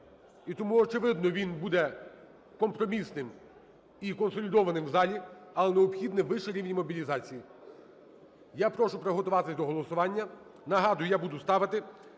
І тому, очевидно, він буде компромісним і консолідованим в залі, але необхідний вищий рівень мобілізації. Я прошу приготуватися до голосування. Нагадую, я буду ставити